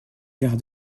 quart